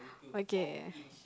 okay